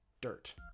dirt